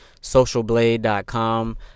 socialblade.com